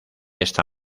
esta